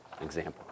Example